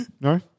No